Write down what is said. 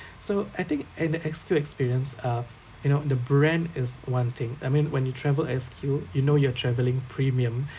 so I think and the S_Q experience uh you know the brand is one thing I mean when you travel S_Q you know you are travelling premium